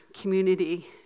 community